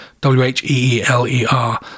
W-H-E-E-L-E-R